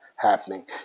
happening